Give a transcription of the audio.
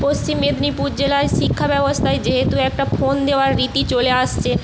পশ্চিম মেদিনীপুর জেলায় শিক্ষা ব্যবস্থায় যেহেতু একটা ফোন দেওয়ার রীতি চলে আসছে